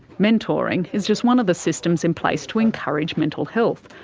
mentoring is just one of the systems in place to encourage mental health.